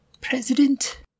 President